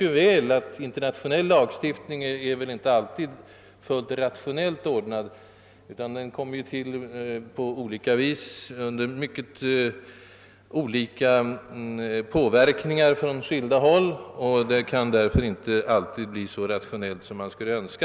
Jag vet dock att internationell lagstiftning inte alltid är fullt rationellt ordnad. Den kommer till på skilda vis under mycket olika påverkningar från skilda håll och kan därför inte alltid bli så rationell som man skulle önska.